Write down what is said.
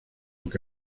que